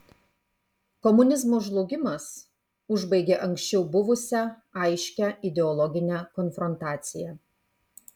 komunizmo žlugimas užbaigė anksčiau buvusią aiškią ideologinę konfrontaciją